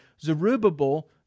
Zerubbabel